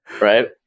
right